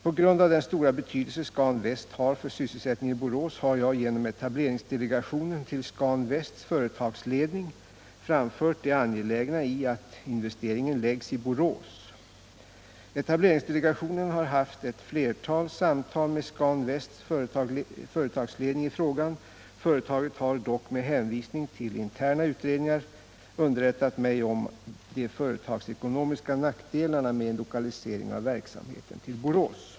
På grund av den stora betydelse Scan Väst har för sysselsättningen i Borås har jag genom etableringsdelegationen till Scan Västs företagsledning framfört det angelägna i att investeringen görs i Borås. Etableringsdelegationen har haft ett flertal samtal med Scan Västs företagsledning i frågan. Företaget har dock med hänvisning till interna utredningar underrättat mig om de företagsekonomiska nackdelarna med en lokalisering av verksamheten till Borås.